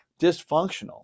dysfunctional